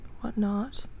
whatnot